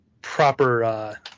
proper